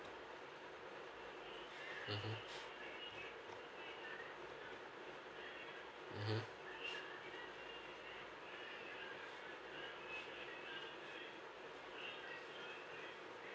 mmhmm mmhmm